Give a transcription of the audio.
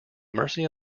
mercy